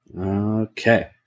Okay